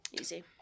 Easy